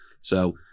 So-